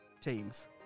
teams